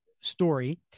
story